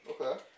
Okay